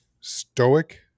stoic